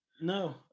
No